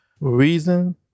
reason